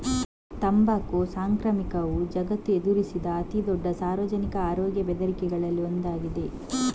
ತಂಬಾಕು ಸಾಂಕ್ರಾಮಿಕವು ಜಗತ್ತು ಎದುರಿಸಿದ ಅತಿ ದೊಡ್ಡ ಸಾರ್ವಜನಿಕ ಆರೋಗ್ಯ ಬೆದರಿಕೆಗಳಲ್ಲಿ ಒಂದಾಗಿದೆ